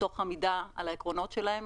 תוך עמידה על העקרונות שלהם,